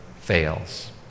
fails